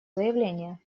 заявление